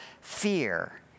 fear